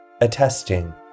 attesting